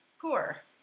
Poor